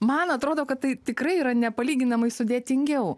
man atrodo kad tai tikrai yra nepalyginamai sudėtingiau